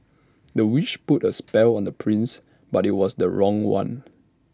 the witch put A spell on the prince but IT was the wrong one